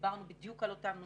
דיברנו בדיוק על אותם נושאים.